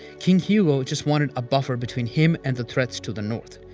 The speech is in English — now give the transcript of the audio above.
king hugo just wanted a buffer between him and the threats to the north.